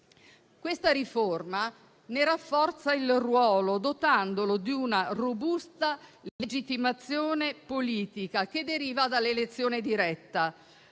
Questa riforma ne rafforza il ruolo, dotandolo di una robusta legittimazione politica che deriva dall'elezione diretta.